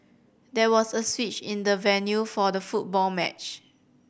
there was a switch in the venue for the football match